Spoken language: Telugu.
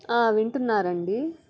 వింటున్నారా అండి